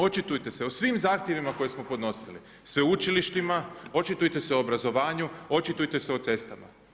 Očitujte se o svim zahtjevima koje smo podnosili, sveučilištima, očitujte se u obrazovanju, očitujte se o cestama.